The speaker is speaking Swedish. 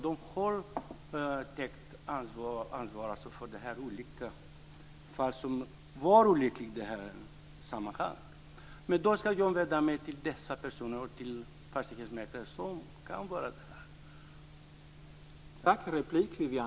De har ansvaret för sådana olyckor. Detta fall var olyckligt, men man ska vända sig till dessa personer och till fastighetsmäklare som kan detta.